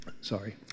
Sorry